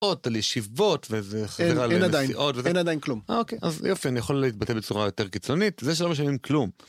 על ישיבות, וזה חזרה לנסיעות. אין עדיין, אין עדיין כלום. אה אוקיי, אז יופי, אני יכול להתבטא בצורה יותר קיצונית, זה שלא משלמים כלום.